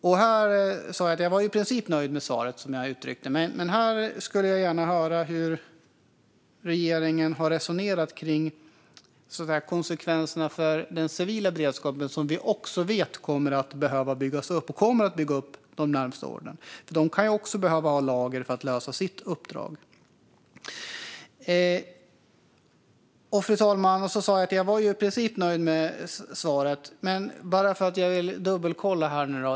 Jag sa att jag i princip är nöjd med svaret, men här skulle jag gärna höra hur regeringen har resonerat kring konsekvenserna för den civila beredskapen som vi också vet behöver byggas upp och som vi kommer att bygga upp de närmaste åren. Där kan man också behöva ha lager för att lösa sitt uppdrag. Fru talman! Som sagt är jag i princip nöjd med svaret, men jag vill dubbelkolla en sak.